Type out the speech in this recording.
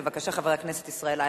בבקשה, חבר הכנסת ישראל אייכלר,